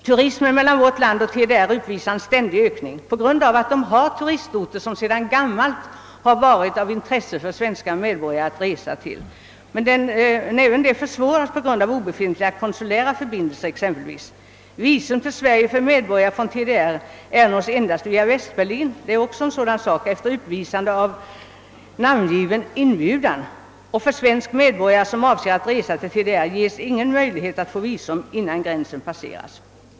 Turismen mellan vårt land och TDR uppvisar en ständig ökning på grund av att TDR har turistorter som svenska medborgare sedan gammalt är intresserade av att resa till. Men även detta försvåras exempelvis på grund av obefintliga konsulära förbindelser. Visum till Sverige för medborgare från TDR erhålles endast via Västberlin efter uppvisande av en inbjudan från namngiven svensk person — det är också en sak som «försvårar förbindelserna. För svenska medborgare som avser att resa till TDR ges inga möjligheter att få visum innan gränsen passeras.